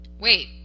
wait